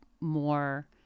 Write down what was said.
more